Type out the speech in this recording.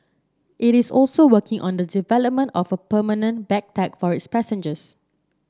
it is also working on the development of a permanent bag tag for its passengers